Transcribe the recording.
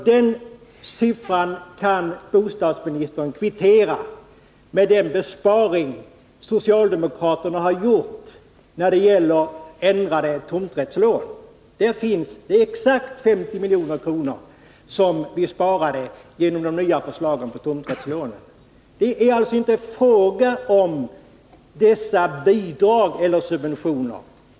Den siffran kan bostadsministern kvitta mot den besparing vi socialdemokrater åstadkommit beträffande ändrade tomträttslån. Där finns det exakt 50 milj.kr., som vi sparat genom de nya förslagen. Det är alltså inte fråga om bidrag eller subventioner.